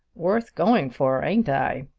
worth going for, ain't i?